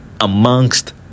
Amongst